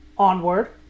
Onward